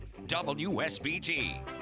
WSBT